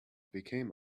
became